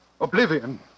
Oblivion